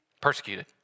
persecuted